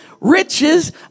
riches